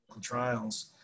trials